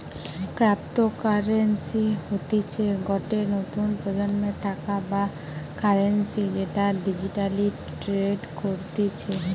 cryptocurrency হতিছে গটে নতুন প্রজন্মের টাকা বা কারেন্সি যেটা ডিজিটালি ট্রেড করতিছে